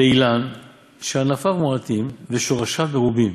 לאילן שענפיו מועטין ושורשיו מרובין